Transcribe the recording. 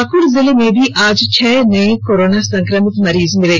पाकुड़ जिले में भी आज छह नये कोरोना संक्रमित मरीज मिले